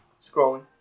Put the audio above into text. scrolling